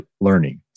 learning